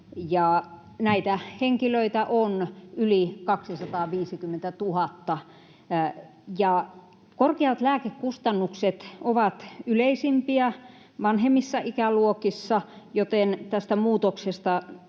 näitä henkilöitä on yli 250 000. Korkeat lääkekustannukset ovat yleisimpiä vanhemmissa ikäluokissa, joten tästä muutoksesta